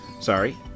Sorry